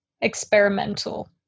experimental